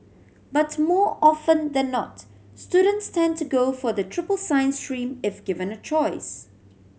but more often than not students tend to go for the triple science stream if given a choice